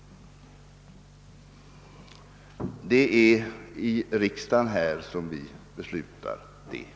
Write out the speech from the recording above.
Det är här i riksdagen som beslut härom fattas.